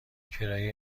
کرایه